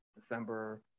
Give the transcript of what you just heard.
December